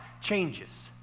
changes